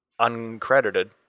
Uncredited